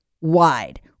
wide